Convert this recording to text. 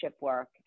work